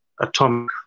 atomic